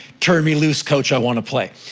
turn me loose, coach, i wanna play! ah,